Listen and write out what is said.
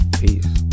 peace